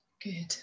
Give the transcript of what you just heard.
Good